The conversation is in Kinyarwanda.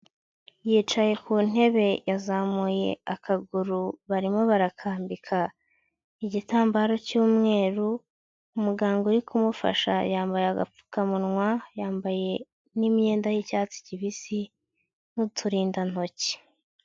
Yicaye ku ntebe yazamuye akaguru barimo barakambika igitambaro cy'umweru, umuganga uri kumufasha yambaye agapfukamunwa, yambaye n'imyenda y'icyatsi kibisi n'uturindantoki.